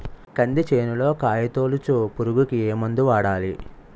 కంది చేనులో కాయతోలుచు పురుగుకి ఏ మందు వాడాలి?